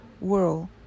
world